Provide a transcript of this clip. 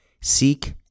Seek